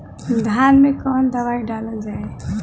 धान मे कवन दवाई डालल जाए?